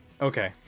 Okay